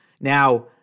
Now